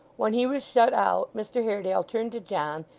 when he was shut out, mr haredale turned to john,